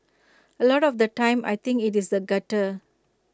A lot of the time I think IT is the gutter